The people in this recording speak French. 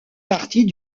partie